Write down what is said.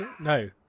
no